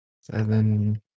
seven